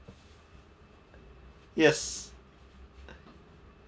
yes